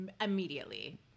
immediately